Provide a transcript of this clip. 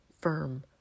firm